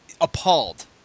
appalled